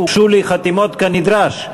הוגשו לי חתימות כנדרש,